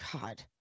God